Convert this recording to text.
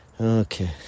Okay